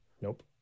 Nope